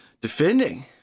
defending